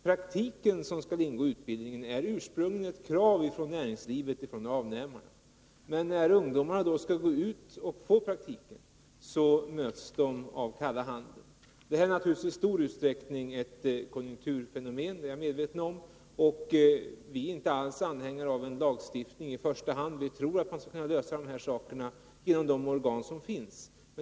Praktiken som skall ingå i utbildningen grundar sig ursprungligen på krav från näringslivet, avnämarna. Men när ungdomarna skall gå ut och få praktik möts de av kalla handen. Jag är medveten om att detta naturligvis i stor utsträckning är ett konjunkturfenomen. Vi är inte alls anhängare av i första hand en lagstiftning, utan tror att man skall kunna lösa dessa problem inom de organ som finns.